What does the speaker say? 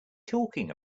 talking